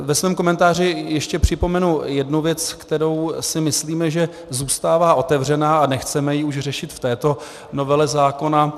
Ve svém komentáři ještě připomenu jednu věc, kterou si myslíme, že zůstává otevřená, a nechceme ji už řešit v této novele zákona.